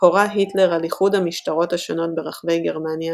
הורה היטלר על איחוד המשטרות השונות ברחבי גרמניה